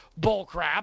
bullcrap